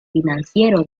financiero